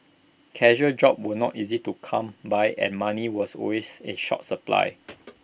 casual jobs were not easy to come by and money was always in short supply